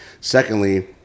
Secondly